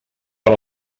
per